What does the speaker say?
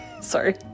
sorry